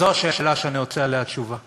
זו השאלה שאני רוצה תשובה עליה.